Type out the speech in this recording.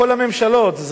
כל הממשלות,